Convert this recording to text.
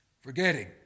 Forgetting